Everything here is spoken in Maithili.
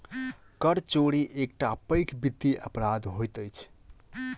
कर चोरी एकटा पैघ वित्तीय अपराध होइत अछि